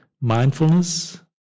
mindfulness